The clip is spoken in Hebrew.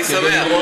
אני שמח מאוד.